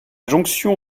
jonction